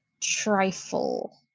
trifle